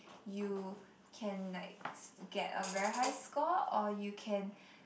you can like s~ get a very high score or you can